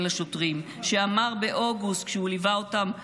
לשוטרים כשאמר באוגוסט כשהוא ליווה אותם למח"ש: